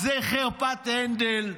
אז זה חרפת הנדל.